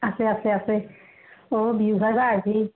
আছ আছে আছে অঁ বিহু খাবলৈ আহিবি